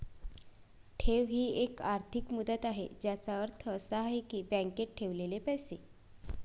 ठेव ही एक आर्थिक मुदत आहे ज्याचा अर्थ असा आहे की बँकेत ठेवलेले पैसे